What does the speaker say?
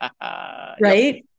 Right